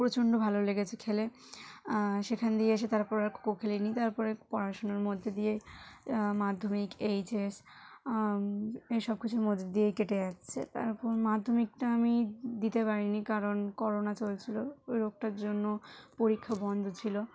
প্রচণ্ড ভালো লেগেছে খেলে সেখান দিয়ে এসে তারপর আর খোখো খেলিনি তারপরে পড়াশোনার মধ্যে দিয়ে মাধ্যমিক এইচএস এইসব কিছুর মধ্য দিয়েই কেটে যাচ্ছে তারপর মাধ্যমিকটা আমি দিতে পারিনি কারণ করোনা চলছিল ওই রোগটার জন্য পরীক্ষা বন্ধ ছিল